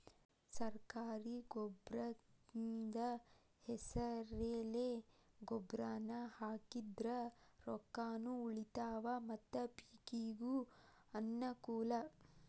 ಸರ್ಕಾರಿ ಗೊಬ್ರಕಿಂದ ಹೆಸರೆಲೆ ಗೊಬ್ರಾನಾ ಹಾಕಿದ್ರ ರೊಕ್ಕಾನು ಉಳಿತಾವ ಮತ್ತ ಪಿಕಿಗೂ ಅನ್ನಕೂಲ